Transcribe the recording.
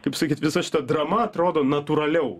kaip sakyt visa šita drama atrodo natūraliau